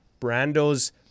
Brando's